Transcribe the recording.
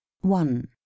one